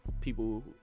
people